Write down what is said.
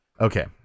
Okay